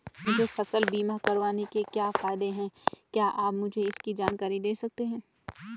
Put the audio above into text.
मुझे फसल बीमा करवाने के क्या फायदे हैं क्या आप मुझे इसकी जानकारी दें सकते हैं?